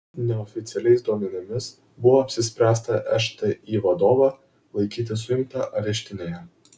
neoficialiais duomenimis buvo apsispręsta šti vadovą laikyti suimtą areštinėje